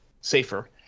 safer